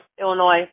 Illinois